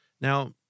Now